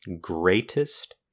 greatest